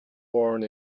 born